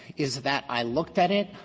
is that, i looked at it,